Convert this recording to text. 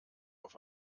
auf